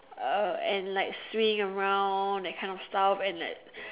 uh and like swing around that kind of stuff and like